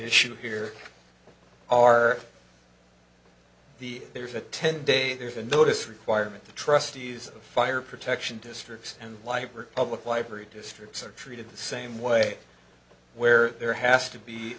issue here are the there's a ten day there's a notice requirement the trustees of fire protection districts and light work public library districts are treated the same way where there has to be